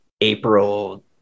april